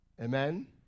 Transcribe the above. Amen